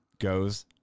goes